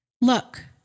Look